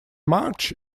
march